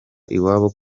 iwabo